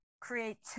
creativity